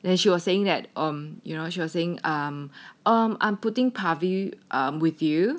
then she was saying that um you know she was saying um um I'm putting pabi um with you